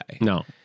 No